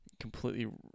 completely